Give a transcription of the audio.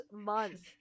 month